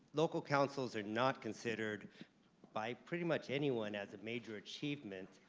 local councils are not considered by pretty much anyone as a major achievement,